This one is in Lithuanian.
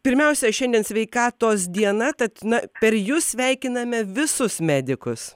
pirmiausia šiandien sveikatos diena tad na per jus sveikiname visus medikus